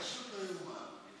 פשוט איומה.